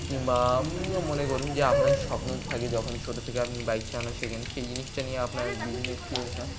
কিংবা মনে করুন যে আপনার স্বপ্ন থাকে যখন ছোট থেকে আপনি বাইক চালানো শেখেন সেই জিনিসটা নিয়ে আপনার বিভিন্ন এক্সপিরিয়েন্স হয়